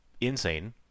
insane